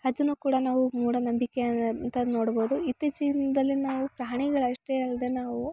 ಅದನ್ನು ಕೂಡ ನಾವು ಮೂಢನಂಬಿಕೆ ಅಂತ ನೋಡ್ಬೋದು ಇತ್ತೀಚಿಂದಲ್ಲಿ ನಾವು ಪ್ರಾಣಿಗಳಷ್ಟೇ ಅಲ್ಲದೆ ನಾವು